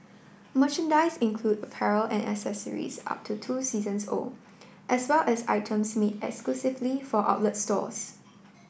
merchandise include apparel and accessories up to two seasons old as well as items made exclusively for outlet stores